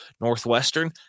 Northwestern